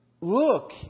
look